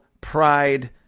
pride